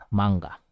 manga